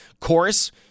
chorus